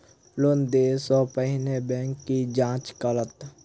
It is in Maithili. लोन देय सा पहिने बैंक की जाँच करत?